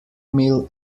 mill